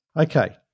Okay